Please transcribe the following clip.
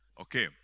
Okay